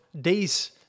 days